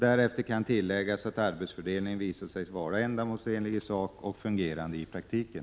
Därefter kan tilläggas att arbetsfördelningen visat sig vara ändamålsenlig i sak och fungerande i praktiken.